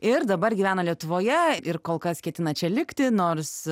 ir dabar gyvena lietuvoje ir kol kas ketina čia likti nors